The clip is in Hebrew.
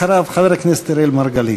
אחריו, חבר הכנסת אראל מרגלית.